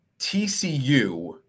TCU